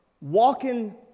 walking